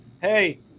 Hey